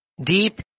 deep